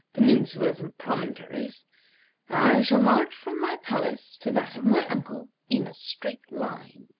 peninsulas, and promontories. i shall march from my palace to that of my uncle in a straight line.